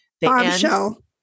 bombshell